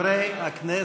חברי הכנסת,